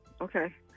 okay